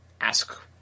ask